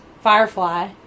Firefly